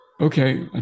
Okay